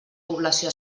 població